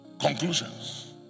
Conclusions